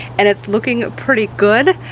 and it's looking pretty good.